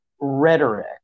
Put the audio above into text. Rhetoric